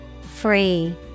Free